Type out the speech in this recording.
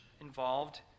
involved